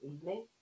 evening